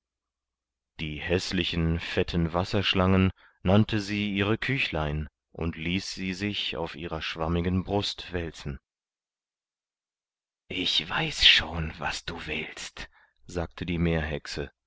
die häßlichen fetten wasserschlangen nannte sie ihre küchlein und ließ sie sich auf ihrer schwammigen brust wälzen ich weiß schon was du willst sagte die meerhexe